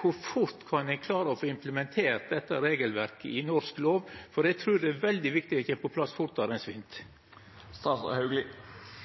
Kor fort kan ein klara å få implementert dette regelverket i norsk lov? Eg trur det er veldig viktig at det kjem på plass fortare enn svint.